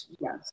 Yes